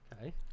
Okay